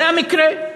זה המקרה.